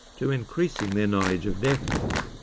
to increasing their knowledge of deafness.